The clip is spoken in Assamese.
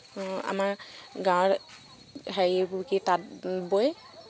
আমাৰ গাঁৱৰ হেৰি কি তাঁত বৈ